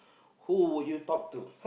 who would you talk to